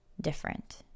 different